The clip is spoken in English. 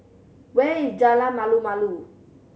where is Jalan Malu Malu